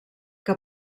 que